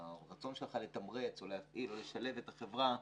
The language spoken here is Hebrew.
הרצון שלך לתמרץ או להפעיל או לשלב את החברה,